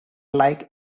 like